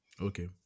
Okay